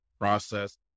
process